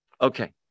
Okay